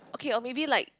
oh okay maybe like